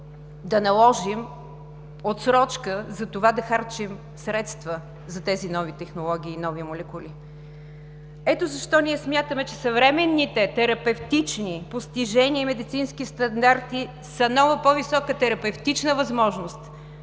да наложим отсрочка затова да харчим средства за тези нови технологии и нови молекули. Ето защо ние смятаме, че съвременните терапевтични постижения и медицински стандарти са нова, по-висока терапевтична възможност,